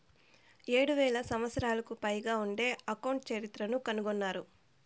ఏడు వేల సంవత్సరాలకు పైగా ఉండే అకౌంట్ చరిత్రను కనుగొన్నారు